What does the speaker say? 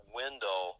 window